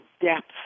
depth